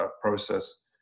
process